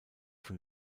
von